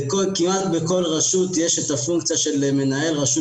כמעט בכל רשות יש את הפונקציה של מנהל רשות